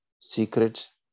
secrets